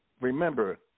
remember